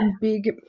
big